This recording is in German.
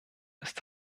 ist